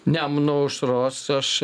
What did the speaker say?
nemuno aušros aš